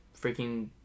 Freaking